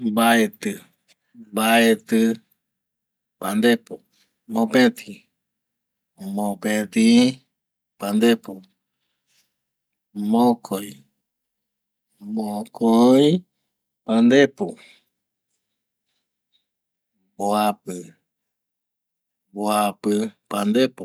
Mbaeti, mabeti pandepo, mopeti, mopeti pandepo, mokoi, mokoi pandepo, mbuapi, mbuapi pandepo, irundi, irundi pandepo, pandepo